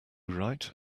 right